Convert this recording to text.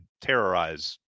terrorize